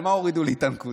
על מה הורידו לי את הנקודה?